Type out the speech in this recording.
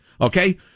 Okay